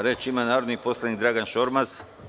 Reč ima narodni poslanik Dragan Šormaz.